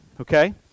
okay